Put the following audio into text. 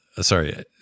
Sorry